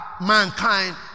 mankind